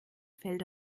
fällt